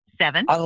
seven